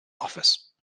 office